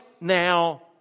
now